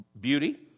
Beauty